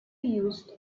used